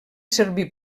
servir